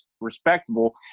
respectable